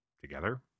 Together